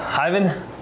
Ivan